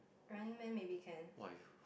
Running-Man maybe can